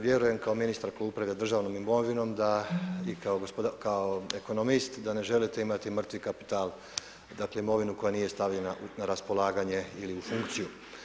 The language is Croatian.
Vjerujem kao ministar koji upravlja državnom imovinom da i kao ekonomist da ne želite imati mrtvi kapital, dakle imovinu koja nije stavljena na raspolaganje ili u funkciju.